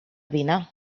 dinar